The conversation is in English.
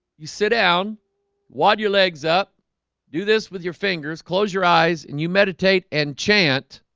you? sit down wad your legs up do this with your fingers close your eyes and you meditate and chant